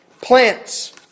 plants